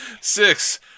Six